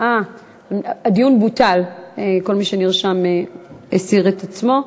הדיון בוטל, כל מי שנרשם הסיר את עצמו.